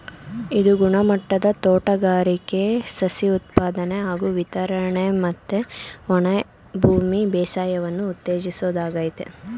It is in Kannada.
ಇದು ಗುಣಮಟ್ಟದ ತೋಟಗಾರಿಕೆ ಸಸಿ ಉತ್ಪಾದನೆ ಹಾಗೂ ವಿತರಣೆ ಮತ್ತೆ ಒಣಭೂಮಿ ಬೇಸಾಯವನ್ನು ಉತ್ತೇಜಿಸೋದಾಗಯ್ತೆ